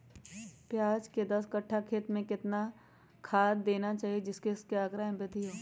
प्याज के दस कठ्ठा खेत में कितना खाद देना चाहिए जिससे उसके आंकड़ा में वृद्धि हो?